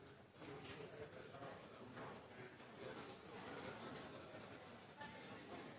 forslag fra presidenten